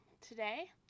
Today